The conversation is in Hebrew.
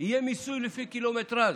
יהיה מיסוי לפי קילומטרז'.